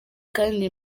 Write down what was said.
kandi